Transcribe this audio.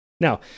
Now